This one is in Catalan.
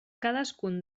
cadascun